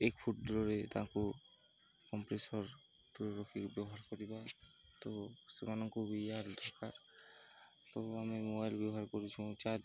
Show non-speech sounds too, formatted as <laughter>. ଏକ ଫୁଟ୍ରେ ତାର କମ୍ପ୍ରେସର ରଖି <unintelligible> ମୋବାଇଲ୍ ବ୍ୟବହାର କରୁଛୁ ଚାର୍ଜ୍